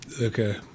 okay